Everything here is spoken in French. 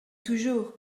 toujours